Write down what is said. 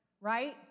right